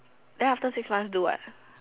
then after six months do what